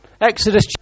Exodus